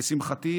לשמחתי,